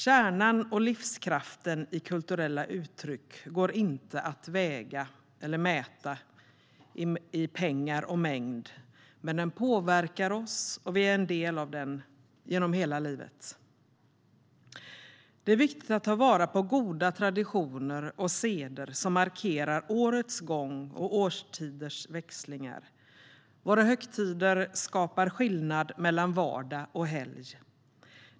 Kärnan och livskraften i kulturella uttryck går inte att väga och mäta i pengar och mängd. Men den påverkar oss, och vi är en del av den genom hela livet. Det är viktigt att ta vara på goda traditioner och seder som markerar årets gång och årstiders växlingar. Våra högtider skapar skillnad mellan vardag och helg.